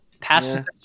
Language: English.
Passive